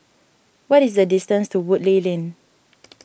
what is the distance to Woodleigh Lane